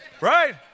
right